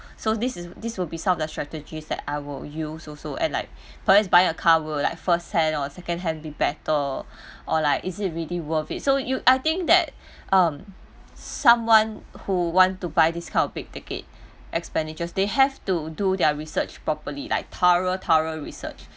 so this is this will be some of the strategies that I will use also and like perhaps buy a car will like first hand or second hand be better or like is it really worth it so you I think that um someone who want to buy this kind of big ticket expenditures they have to do their research properly like thorough thorough research